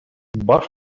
баш